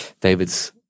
David's